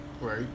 Right